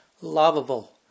lovable